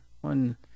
one